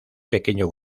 pequeño